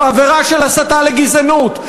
זו עבירה של הסתה לגזענות.